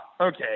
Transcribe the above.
okay